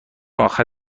اخر